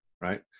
Right